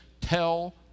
Tell